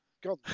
God